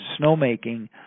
snowmaking